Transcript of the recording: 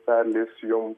perleis jum